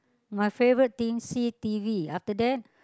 my favourite thing see t_v after that